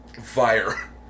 Fire